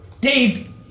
Dave